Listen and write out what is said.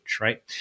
right